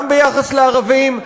גם ביחס לערבים,